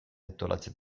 antolatzen